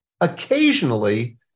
occasionally